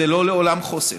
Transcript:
לא לעולם חוסן.